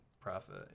profit